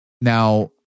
Now